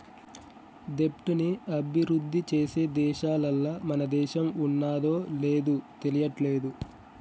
దెబ్ట్ ని అభిరుద్ధి చేసే దేశాలల్ల మన దేశం ఉన్నాదో లేదు తెలియట్లేదు